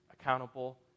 accountable